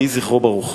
יהי זכרו ברוך.